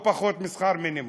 או פחות משכר מינימום.